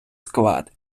склад